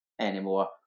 anymore